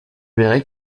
verrai